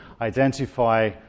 identify